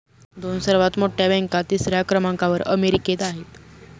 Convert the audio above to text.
दोन सर्वात मोठ्या बँका तिसऱ्या क्रमांकावर अमेरिकेत आहेत